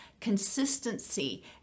consistency